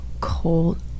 Cold